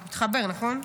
מתחבר, נכון?